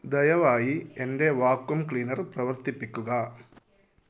ദയവായി എൻ്റെ vacuum cleaner പ്രവർത്തിപ്പിക്കുക